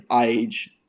age